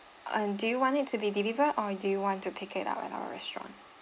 and do you want it to be delivered or do you want to pick it up at our restaurant